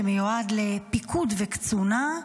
שמיועד לפיקוד וקצונה.